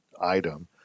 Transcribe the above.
item